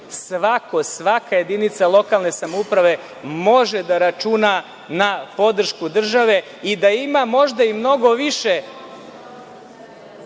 svako, svaka jedinica lokalne samouprave može da računa na podršku države i da ima možda i mnogo više